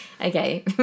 Okay